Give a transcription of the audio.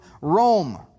Rome